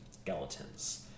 skeletons